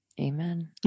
Amen